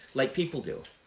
like people do.